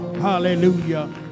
hallelujah